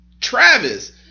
Travis